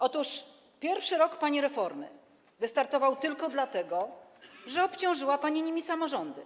Otóż pierwszy rok pani reformy wystartował tylko dlatego, że obciążyła nią pani samorządy.